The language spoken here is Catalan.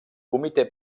comitè